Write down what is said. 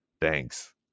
thanks